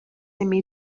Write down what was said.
imi